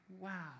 wow